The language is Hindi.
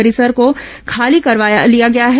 परिसर को खाली करवा लिया गया है